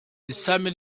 ishami